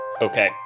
Okay